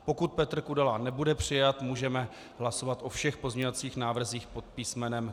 Pokud Petr Kudela nebude přijat, můžeme hlasovat o všech pozměňovacích návrzích pod písmenem C.